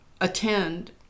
attend